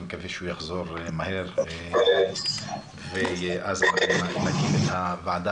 אני מקווה שהוא יחזור מהר ואז נקים את הוועדה.